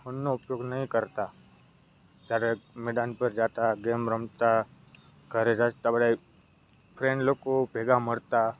ફોનનો ઉપયોગ નહીં કરતા ત્યારે મેદાન પર જતા ગેમ રમતા ઘરે રમતા બધાય ફ્રેન્ડ લોકો ભેગા મળતા